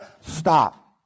Stop